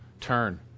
Turn